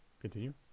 Continue